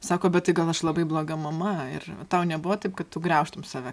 sako bet tai gal aš labai bloga mama ir tau nebuvo taip kad tu graužtum save